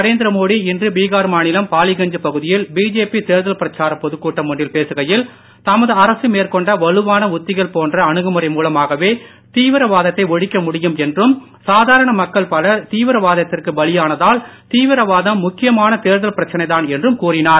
நரேந்திர மோடி இன்று பீகார் மாநிலம் பாலிகஞ் பகுதியில் பிஜேபி தேர்தல் பிரச்சாரம் பொதுக்கூட்டம் ஒன்றில் பேசுகையில் தமது அரசு மேற்கொண்ட வலுவான உத்திகள் போன்ற அணுகுமுறை மூலமாகவே தீவிரவாத த்தை ஒழிக்க முடியும் என்றும் சாதாரண மக்கள் பலர் தீவிரவாதத்திற்கு பலியானதால் தீவிரவாதம் முக்கியமான தேர்தல் பிரச்சனை தான் என்றும் கூறினார்